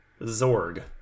zorg